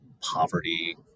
poverty